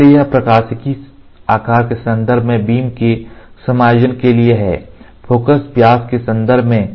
इसलिए यह प्रकाशिकी आकार के संदर्भ में बीम के समायोजन के लिए है फोकस व्यास के संदर्भ में